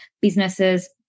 businesses